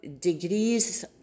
degrees